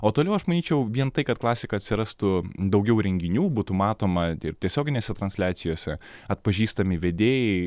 o toliau aš manyčiau vien tai kad klasika atsirastų daugiau renginių būtų matoma ir tiesioginėse transliacijose atpažįstami vedėjai